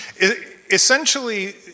Essentially